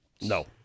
No